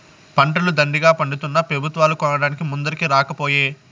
పంటలు దండిగా పండితున్నా పెబుత్వాలు కొనడానికి ముందరికి రాకపోయే